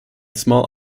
small